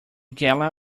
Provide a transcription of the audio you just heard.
gala